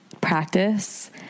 practice